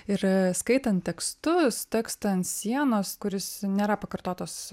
ir skaitant tekstus tekstą ant sienos kuris nėra pakartotas